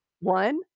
One